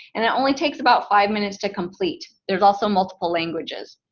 and it only takes about five minutes to complete. there's also multiple languages.